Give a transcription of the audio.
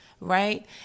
right